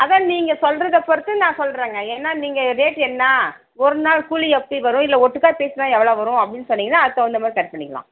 அதுதான் நீங்கள் சொல்கிறத பொறுத்து நான் சொல்கிறேங்க ஏன்னால் நீங்கள் ரேட் என்ன ஒரு நாள் கூலி எப்படி வரும் இல்லை ஒட்டுக்காக பேசுனால் எவ்வளோ வரும் அப்படின்னு சொன்னீங்கன்னா அதுக்கு தகுந்த மாதிரி கரெக்ட் பண்ணிக்கலாம்